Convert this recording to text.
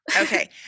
Okay